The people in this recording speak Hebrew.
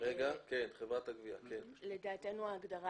לדעתנו ההגדרה